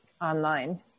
online